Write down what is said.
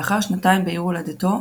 לאחר שנתיים בעיר הולדתו,